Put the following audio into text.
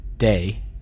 day